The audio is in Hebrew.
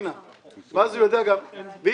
עם נציג שלנו של קבלני הפיגומים,